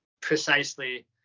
precisely